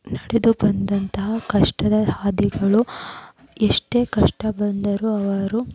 ನಡೆದು ಬಂದಂಥ ಕಷ್ಟದ ಹಾದಿಗಳು ಎಷ್ಟೇ ಕಷ್ಟ ಬಂದರೂ ಅವರು